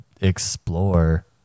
explore